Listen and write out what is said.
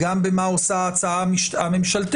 וכמובן גם ניסחנו את הצעת החוק של חברת הכנסת מירב בן ארי להחמרת